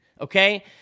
okay